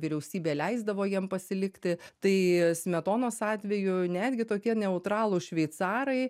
vyriausybė leisdavo jiem pasilikti tai smetonos atveju netgi tokie neutralūs šveicarai